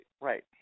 Right